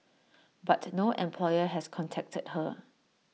but no employer has contacted her